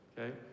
Okay